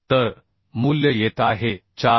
तर मूल्य येत आहे 4